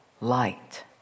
light